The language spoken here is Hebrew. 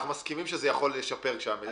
אנחנו יודעים שזה יכול לשפר שם,